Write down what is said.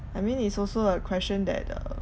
I mean it's also a question that uh